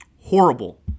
Horrible